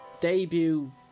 debut